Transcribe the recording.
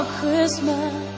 Christmas